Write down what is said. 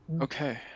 Okay